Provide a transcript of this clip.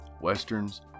westerns